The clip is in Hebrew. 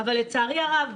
אבל לצערי הרב,